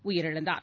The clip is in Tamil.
உயிரிழந்தார்